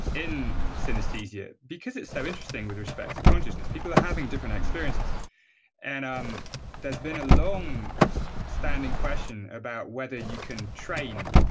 in synesthesia, because it's so interesting with respect to consciousness. people are having different experiences and um there's been a long standing question about whether you can train